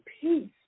peace